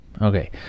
Okay